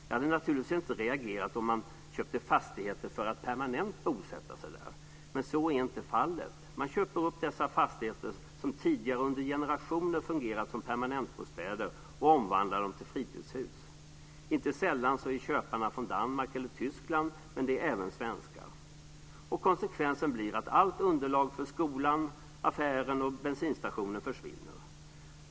Jag hade naturligtvis inte reagerat om man köpte fastigheter för att permanent bosätta sig där, men så är inte fallet. Man köper dessa fastigheter som tidigare under generationer har fungerat som permanentbostäder och omvandlar dem till fritidshus. Inte sällan är köparna från Danmark eller Tyskland, men det är även svenskar. Konsekvensen blir att allt underlag för skolan, affären och bensinstationen försvinner.